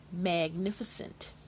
Magnificent